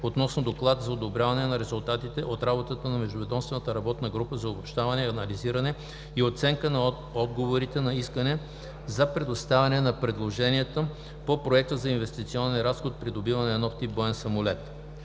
относно „Доклад за одобряване на резултатите от работата на междуведомствената работна група за обобщаване, анализиране и оценка на отговорите на Искане за предоставяне на предложение по Проект за инвестиционен разход „Придобиване на нов тип боен самолет“.“